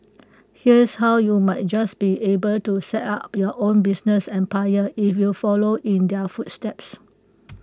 here's how you might just be able to set up your own business empire if you follow in their footsteps